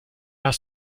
hast